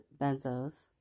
benzos